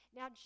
Now